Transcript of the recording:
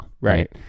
Right